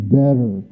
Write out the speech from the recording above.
better